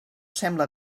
sembla